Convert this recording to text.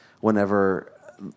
Whenever